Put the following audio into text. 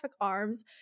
arms